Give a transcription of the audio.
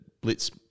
blitz